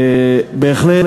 בהחלט,